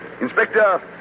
Inspector